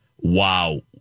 Wow